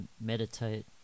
meditate